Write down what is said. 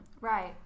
Right